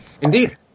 indeed